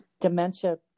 dementia